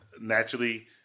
naturally